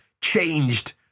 changed